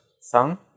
song